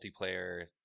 multiplayer